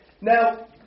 Now